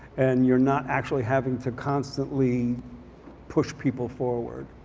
and you're not actually having to constantly push people forward.